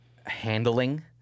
handling